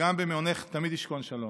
שגם במעונך תמיד ישכון שלום,